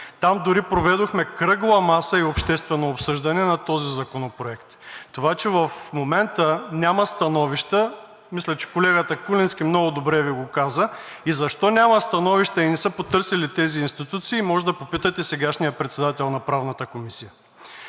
там дори проведохме кръгла маса и обществено обсъждане на този законопроект. Това, че в момента няма становища, мисля, че колегата Куленски много добре Ви го каза, а защо няма становища и не са потърсили тези институции, може да попитате сегашния председател на Правната комисия.